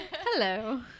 hello